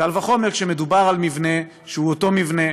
קל וחומר כשמדובר במבנה שהוא אותו מבנה,